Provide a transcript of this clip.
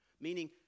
Meaning